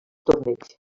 torneigs